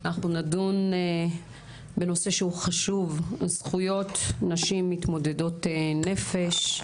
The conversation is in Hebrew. אנחנו נדון בנושא שהוא חשוב זכויות נשים מתמודדות נפש.